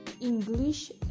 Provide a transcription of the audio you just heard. English